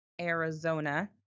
arizona